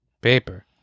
Paper